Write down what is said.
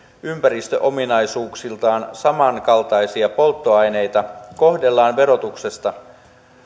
ympäristöominaisuuksiltaan samankaltaisia polttoaineita kohdellaan verotuksessa